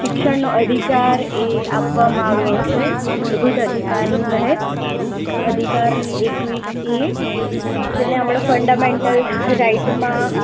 શિક્ષણનો અધિકાર એ આપવામાં આવ્યો છે મૂળભૂત અધિકારની તહત એક અધિકાર એકવીસ એ જેને આપણે ફંડામેંટલ રાઇટમાં